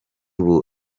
ubu